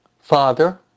Father